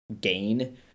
gain